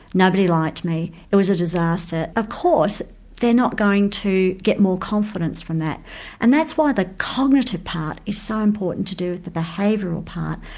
nobody liked me, it was a disaster. of course they're not going to get more confidence from that and that's why the cognitive part is so important to do with the behavioural part,